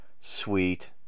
Sweet